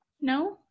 No